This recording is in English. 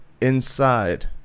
inside